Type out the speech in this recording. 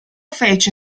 fece